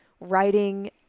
writing